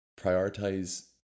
Prioritize